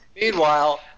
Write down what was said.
Meanwhile